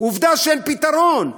עובדה שאין פתרון.